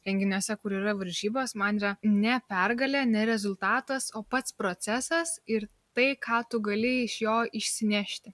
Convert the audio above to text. renginiuose kur yra varžybos man yra ne pergalė ne rezultatas o pats procesas ir tai ką tu gali iš jo išsinešti